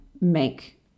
make